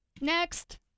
Next